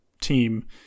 team